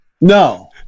No